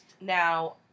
Now